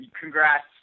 Congrats